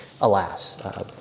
Alas